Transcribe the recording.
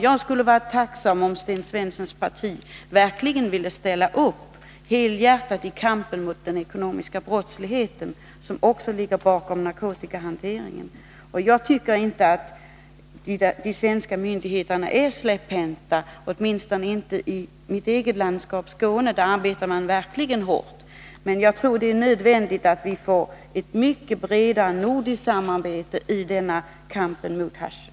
Jag skulle vara tacksam om Sten Svenssons parti verkligen ville ställa upp helhjärtat i kampen mot den ekonomiska brottslighet som ligger bakom narkotikahanteringen. Jag tycker inte att de svenska myndigheterna är slapphänta, åtminstone inte i mitt eget landskap. Där arbetar man verkligen hårt. Men jag tror att det är nödvändigt att vi får ett mycket bredare nordiskt samarbete i denna kamp mot hasch.